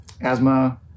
asthma